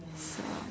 so